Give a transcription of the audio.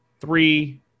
three